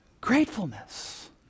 Gratefulness